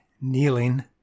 kneeling